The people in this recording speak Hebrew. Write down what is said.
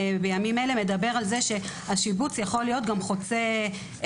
בימים אלה מדבר על זה שהשיבוץ יכול להיות גם חוצה מחוזות,